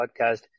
podcast